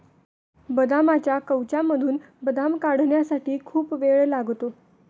बदामाच्या कवचामधून बदाम काढण्यासाठी खूप वेळ लागतो